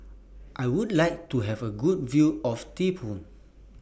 I Would like to Have A Good View of Thimphu